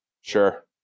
Sure